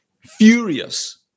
furious